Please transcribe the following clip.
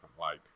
light